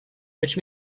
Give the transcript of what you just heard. which